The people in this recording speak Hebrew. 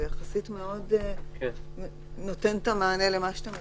זה יחסית מאוד נותן את המענה למה שאתה מחפש,